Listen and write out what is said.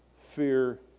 fear